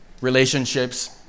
relationships